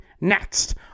Next